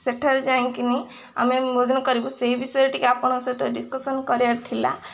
ସେଠାରେ ଯାଇଁକିନି ଆମେ ଭୋଜନ କରିବୁ ସେଇ ବିଷୟରେ ଟିକେ ଆପଣଙ୍କ ସହିତ ଡିସ୍କସନ୍ କରିବାର ଥିଲା